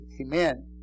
Amen